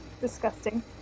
disgusting